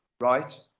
right